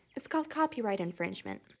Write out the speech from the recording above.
it's called copyright infringement.